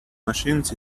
machines